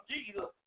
Jesus